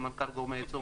סמנכ"ל גורמי ייצור,